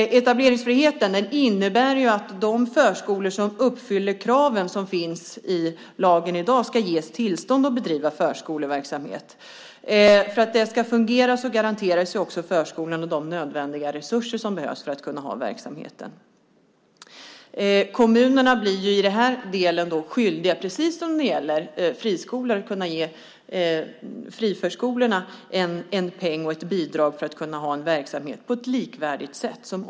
Etableringsfriheten innebär att de förskolor som uppfyller kraven i lagen i dag ska ges tillstånd att bedriva förskoleverksamhet. För att det ska fungera garanteras förskolan de resurser som behövs för att kunna ha verksamheten. Kommunerna blir i den här delen, precis som när det gäller friskolorna, skyldiga att ge friförskolorna en peng, ett bidrag, för att kunna ha verksamhet på ett likvärdigt sätt.